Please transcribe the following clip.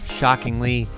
shockingly